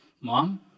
Mom